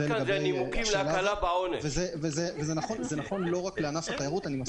זה נכון לא רק לענף התיירות.